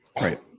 Right